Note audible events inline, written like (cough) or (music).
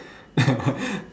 (laughs)